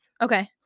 Okay